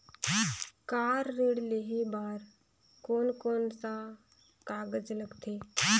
Car ऋण लेहे बार कोन कोन सा कागज़ लगथे?